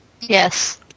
yes